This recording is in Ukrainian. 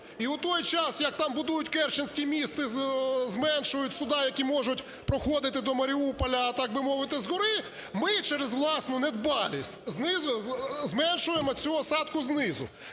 І у той час, як там будують Керченський міст і зменшують судна, які можуть проходити до Маріуполя, так би мовити, з гори, ми через власну недбалість зменшуємо цього осадку знизу.